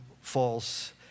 false